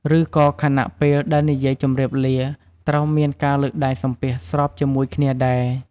ឬក៏ខណៈ ពេលដែលនិយាយជម្រាបលា ត្រូវមានការលើកដៃសំពះស្របជាមួយគ្នាដែរ ។